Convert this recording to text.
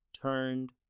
turned